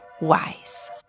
wise